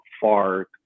far